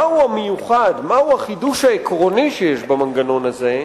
מהו המיוחד, מהו החידוש העקרוני שיש במנגנון הזה,